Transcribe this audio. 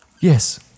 Yes